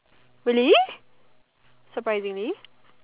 really surprisingly